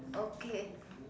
okay